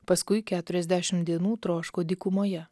paskui keturiasdešim dienų troško dykumoje